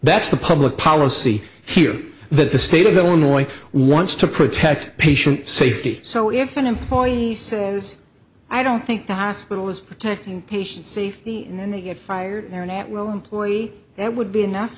that's the public policy here that the state of illinois wants to protect patient safety so if an employee says i don't think the hospital is protecting patient safety then they get fired or an at will employee that would be enough